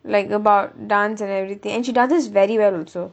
like about dance and everything and she dances very well also